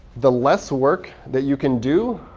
the less work that you can do,